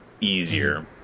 easier